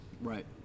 Right